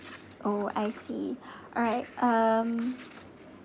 oh I see alright um